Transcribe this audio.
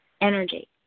energy